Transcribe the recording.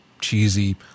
cheesy